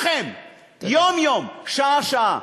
ולהילחם יום-יום שעה-שעה.